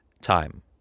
time